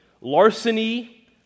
Larceny